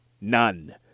none